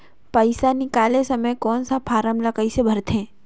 पइसा निकाले समय कौन सा फारम ला कइसे भरते?